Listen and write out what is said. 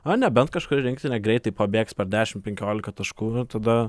na nebent kažkuri rinktinė greitai pabėgs per dešimt penkiolika taškų tada